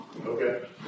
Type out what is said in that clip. Okay